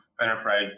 enterprise